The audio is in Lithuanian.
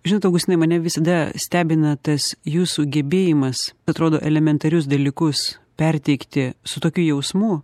žinot augustinai mane visada stebina tas jūsų gebėjimas atrodo elementarius dalykus perteikti su tokiu jausmu